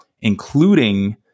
including